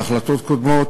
בהחלטות קודמות,